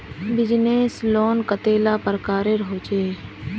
Business loan कतेला प्रकारेर होचे?